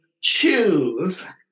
choose